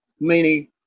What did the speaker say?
meaning